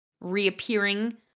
reappearing